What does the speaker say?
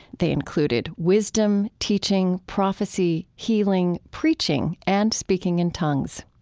they included wisdom, teaching, prophecy, healing, preaching, and speaking in tongues.